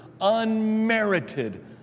unmerited